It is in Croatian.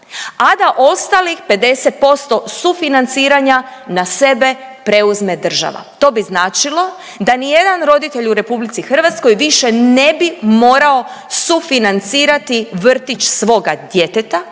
a da ostalih 50% sufinanciranja na sebe preuzme država, to bi značilo da nijedan roditelj u RH više ne bi morao sufinancirati vrtić svoga djeteta,